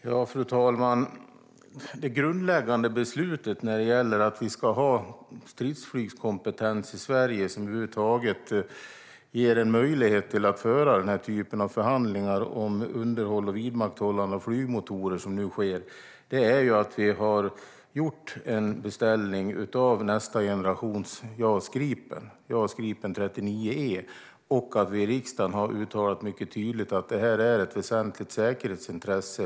Fru talman! Det grundläggande beslutet när det gäller Sveriges stridsflygskompetens i Sverige, det som över huvud taget ger möjlighet att föra den här typen av förhandlingar om underhåll och vidmakthållande av flygmotorer som nu sker, är att vi har gjort en beställning av nästa generation JAS Gripen - JAS 39 E Gripen - och att vi i riksdagen har uttalat mycket tydligt att detta är ett väsentligt säkerhetsintresse.